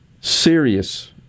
serious